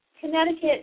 Connecticut